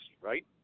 right